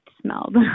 smelled